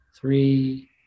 three